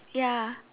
ya